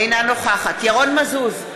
אינה נוכחת ירון מזוז,